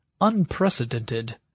unprecedented